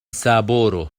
سابورو